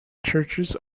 churches